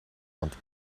want